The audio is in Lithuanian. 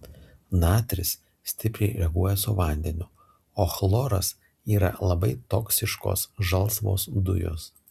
natris stipriai reaguoja su vandeniu o chloras yra labai toksiškos žalsvos dujos